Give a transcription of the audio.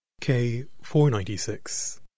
K-496